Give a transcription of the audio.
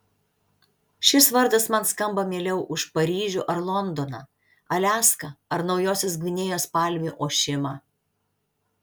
šis vardas man skamba mieliau už paryžių ar londoną aliaską ar naujosios gvinėjos palmių ošimą